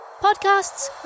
podcasts